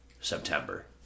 September